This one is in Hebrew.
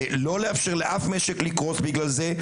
לא לאפשר לאף משק לקרוס בגלל זה.